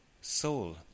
soul